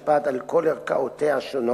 תשובת שר המשפטים יעקב נאמן: